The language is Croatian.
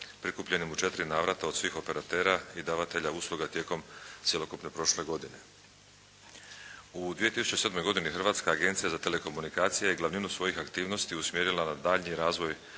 prikupljenim u 4 navrata od svih operatera i davatelja usluga tijekom cjelokupne prošle godine. U 2007. godini Hrvatska agencija za telekomunikacije je glavninu svojih aktivnosti usmjerila na daljnji razvoj